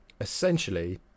essentially